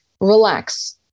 Relax